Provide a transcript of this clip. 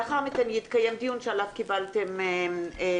לאחר מכן יתקיים דיון שעליו קיבלתם הודעה.